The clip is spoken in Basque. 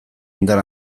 indar